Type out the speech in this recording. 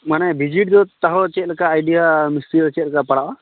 ᱢᱟᱱᱮ ᱵᱷᱤᱡᱤᱴ ᱫᱚ ᱛᱟᱦᱚ ᱪᱮᱫ ᱞᱮᱠᱟ ᱟᱭᱰᱤᱭᱟ ᱢᱤᱥᱛᱤᱨᱤ ᱫᱚ ᱪᱮᱫ ᱞᱮᱠᱟ ᱯᱟᱲᱟᱜᱼᱟ